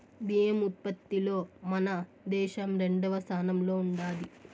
బియ్యం ఉత్పత్తిలో మన దేశం రెండవ స్థానంలో ఉండాది